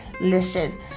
Listen